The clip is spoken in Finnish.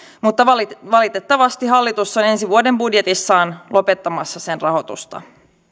mutta valitettavasti hallitus on ensi vuoden budjetissaan lopettamassa sen rahoitusta